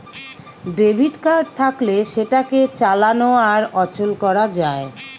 debit card থাকলে সেটাকে চালানো আর অচল করা যায়